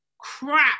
crap